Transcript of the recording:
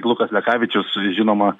lukas lekavičius žinoma